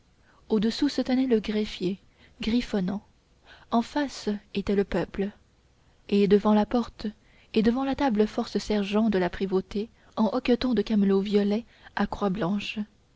au-dessous se tenait le greffier griffonnant en face était le peuple et devant la porte et devant la table force sergents de la prévôté en hoquetons de camelot violet à croix blanches